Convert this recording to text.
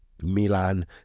milan